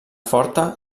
forta